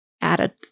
added